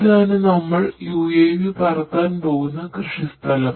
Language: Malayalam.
ഇതാണ് നമ്മൾ UAV പറത്താൻ പോകുന്ന കൃഷി സ്ഥലം